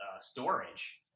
storage